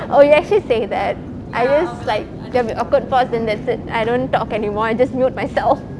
oh you actually say that I just like there will be awkward pause then that's it I don't talk anymore I just mute myself